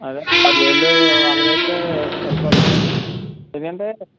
అదే ఆరువేలు అలాగా అయితే సరిపోద్ది కానీ ఏంటంటే